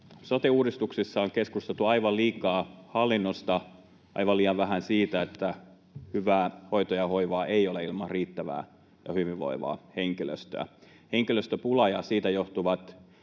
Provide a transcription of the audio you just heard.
Sote-uudistuksessa on keskusteltu aivan liikaa hallinnosta, aivan liian vähän siitä, että hyvää hoitoa ja hoivaa ei ole ilman riittävää ja hyvinvoivaa henkilöstöä. Henkilöstöpula ja siitä johtuvat